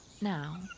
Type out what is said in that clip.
now